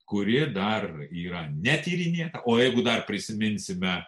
kuri dar yra netyrinėja o jeigu dar prisiminsime